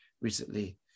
recently